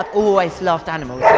always loved animals yeah